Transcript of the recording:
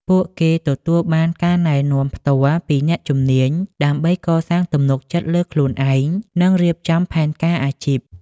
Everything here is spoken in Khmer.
ពួកគេទទួលបានការណែនាំផ្ទាល់ពីអ្នកជំនាញដើម្បីកសាងទំនុកចិត្តលើខ្លួនឯង និងរៀបចំផែនការអាជីព។